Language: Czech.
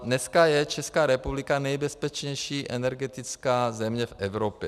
Dneska je Česká republika nejbezpečnější energetická země v Evropě.